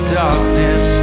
darkness